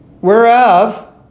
Whereof